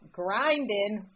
grinding